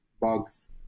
bugs